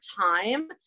time